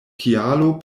kialo